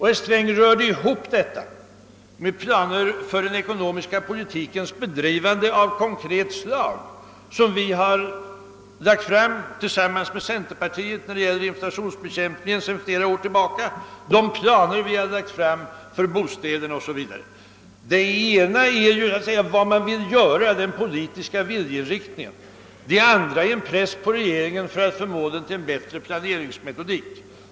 Herr Sträng blandade ihop detta med förslag till planer av konkret slag för politikens bedrivande, som vi tillsammans med centerpartiet lagt fram — det gäller planer för inflationens bekämpande, för bostadsförsörjningen osv. De senare planerna och förslagen är uttryck för vad man vill göra låt oss kalla det för den politiska viljeinriktningen. Det förra förslaget är avsett att vara en press på regeringen för att få den att försöka åstadkomma en bättre planeringsmetodik.